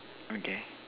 okay